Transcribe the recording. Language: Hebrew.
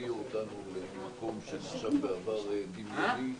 הביאו אותנו למקום שנחשב בעבר דמיוני.